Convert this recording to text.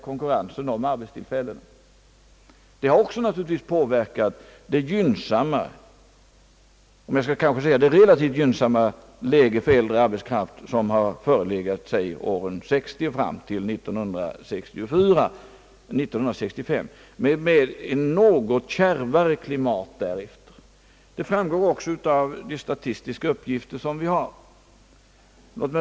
Konkurrensen om arbetstillfällena har därmed blivit mindre och läget för den äldre arbetskraften har naturligtvis också blivit relativt mera gynnsamt under åren fram till 1964 eller 1965, med ett något kärvare klimat under tiden därefter. Detta framgår också av de statistiska uppgifter vi har.